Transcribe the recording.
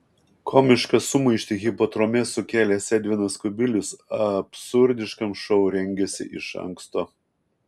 komišką sumaištį hipodrome sukėlęs edvinas kubilius absurdiškam šou rengėsi iš anksto